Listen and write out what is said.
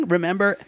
Remember